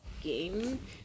game